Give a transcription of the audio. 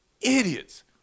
Idiots